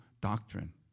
doctrine